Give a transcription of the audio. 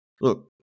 look